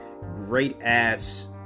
great-ass